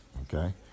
Okay